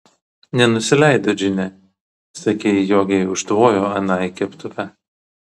nenusileido džine sakei jogei užtvojo anai keptuve